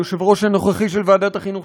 היושב-ראש הנוכחי של ועדת החינוך,